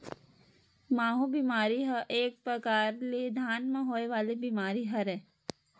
माहूँ बेमारी ह एक परकार ले धान म होय वाले बीमारी हरय